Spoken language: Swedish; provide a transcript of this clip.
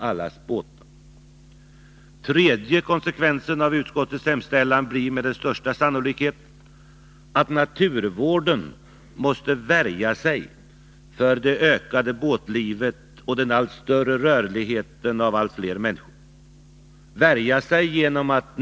Den tredje konsekvensen av utskottets hemställan blir med största sannolikhet att naturvården måste värja sig för det ökade båtlivet och den allt större rörligheten av allt fler människor.